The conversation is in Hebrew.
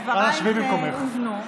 דברייך הובנו,